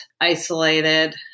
isolated